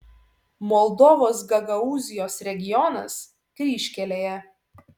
moldovos gagaūzijos regionas kryžkelėje